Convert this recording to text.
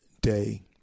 day